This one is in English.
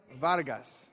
Vargas